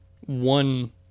one